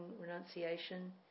renunciation